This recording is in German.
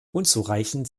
unzureichend